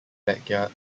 backyard